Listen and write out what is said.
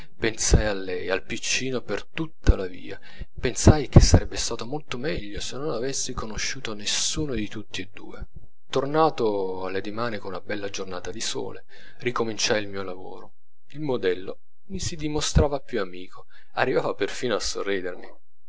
pensai a lei al piccino per tutta la via pensai che sarebbe stato molto meglio se non avessi conosciuto nessuno di tutti e due tornato alla dimane con una bella giornata di sole ricominciai il mio lavoro il modello mi si dimostrava più amico arrivava perfino a sorridermi